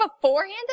beforehand